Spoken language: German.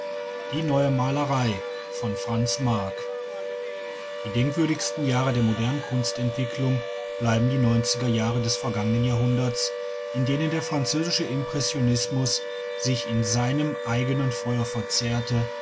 die neue malerei die denkwürdigsten jahre der modernen kunstentwicklung bleiben die neunziger jahre des vergangenen jahrhunderts in denen der französische impressionismus sich in seinem eigenen feuer verzehrte